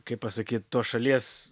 kaip pasakyt tos šalies